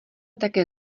také